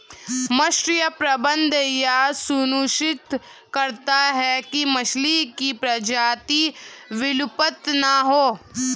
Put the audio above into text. मत्स्य प्रबंधन यह सुनिश्चित करता है की मछली की प्रजाति विलुप्त ना हो